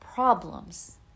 problems